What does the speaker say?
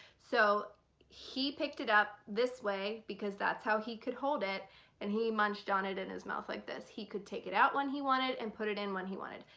so he picked it up this way because that's how he could hold it and he munched on it in his mouth like this. he could take it out when he wanted and put it in when he wanted.